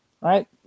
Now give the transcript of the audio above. right